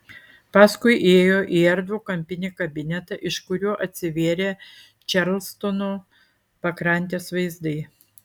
paskui įėjo į erdvų kampinį kabinetą iš kurio atsivėrė čarlstono pakrantės vaizdai